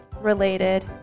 related